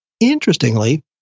Interestingly